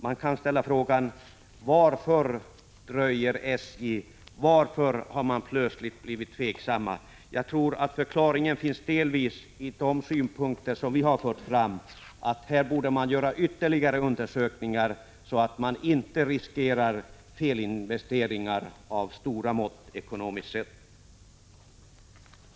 Man kan ställa frågan: Varför dröjer SJ? Varför har man plötsligt blivit tveksam? Jag tror att förklaringen delvis finns i de synpunkter som vi har fört fram, nämligen att man borde göra ytterligare undersökningar, så att man inte riskerar felinvesteringar av stora mått ekonomiskt sett.